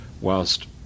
whilst